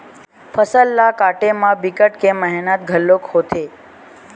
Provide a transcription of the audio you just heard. फसल ल काटे म बिकट के मेहनत घलोक होथे